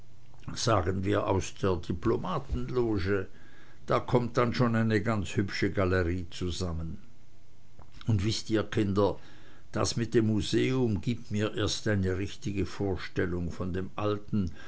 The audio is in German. sagen wir aus der diplomatenloge da kommt dann schon eine ganz hübsche galerie zusammen und wißt ihr kinder das mit dem museum gibt mir erst eine richtige vorstellung von dem alten